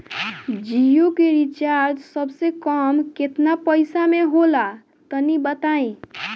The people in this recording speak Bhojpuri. जियो के रिचार्ज सबसे कम केतना पईसा म होला तनि बताई?